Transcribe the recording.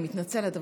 אני מתנצלת,